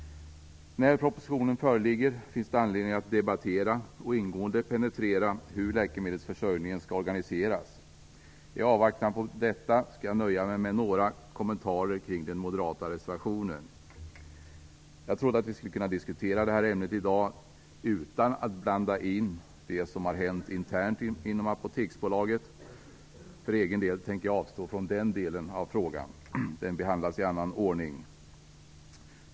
När propositionen föreligger finns det anledning att debattera och ingående penetrera hur läkemedelsförsörjningen skall organiseras. I avvaktan på detta skall jag nöja mig med några kommentarer om den moderata reservationen. Jag trodde att vi skulle kunna diskutera det här ämnet i dag utan att blanda in det som har hänt internt inom Apoteksbolaget. För egen del tänker jag avstå från den delen av frågan. Den behandlas i annan ordning.